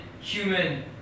human